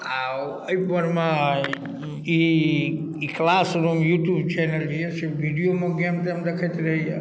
आओर अइपर मे ई क्लासरूम यूट्यूब चैनल जे अछि वीडिओमे गेम तेम देखैत रहैयऽ